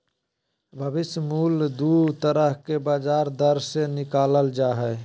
भविष्य मूल्य दू तरह के ब्याज दर से निकालल जा हय